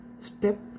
step